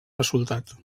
resultat